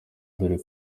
dore